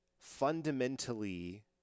fundamentally